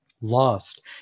lost